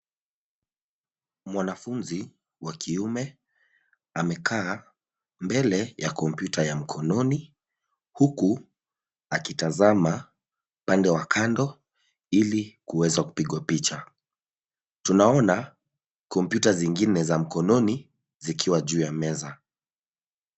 Mwanafunzi wa kiume amekaa mbele ya kompyuta ya mkononi huku akitazama upande wa kando ili kuweza kupigwa picha. Tunaona kompyuta zingine za mkononi zikiwa juu ya meza.